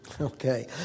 Okay